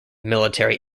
military